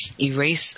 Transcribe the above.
erase